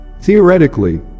Theoretically